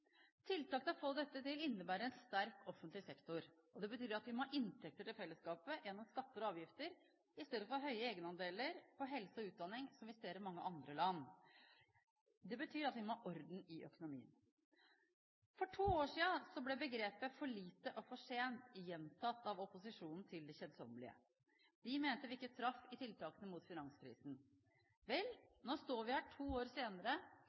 Tiltak for å få dette til innebærer en sterk offentlig sektor. Det betyr at vi må ha inntekter til fellesskapet gjennom skatter og avgifter i stedet for høye egenandeler på helse og utdanning, som vi ser i mange andre land. Det betyr at vi må ha orden i økonomien. For to år siden ble begrepet «for lite, for sent» gjentatt av opposisjonen til det kjedsommelige. De mente vi ikke traff i tiltakene mot finanskrisen. Vel, nå står vi her to år senere,